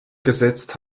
gesetzt